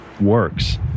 works